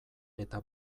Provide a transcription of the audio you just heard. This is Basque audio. eta